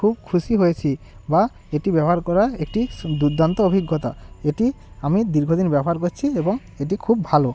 খুব খুশি হয়েছি বা এটি ব্যবহার করা একটি দুর্দান্ত অভিজ্ঞতা এটি আমি দীর্ঘ দিন ব্যবহার করছি এবং এটি খুব ভালো